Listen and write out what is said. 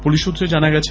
police সৃত্রে জানা গেছে